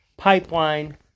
pipeline